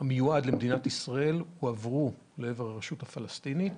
המיועד למדינת ישראל לרשות הפלסטינית,